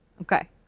Okay